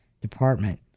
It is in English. department